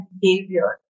behavior